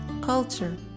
culture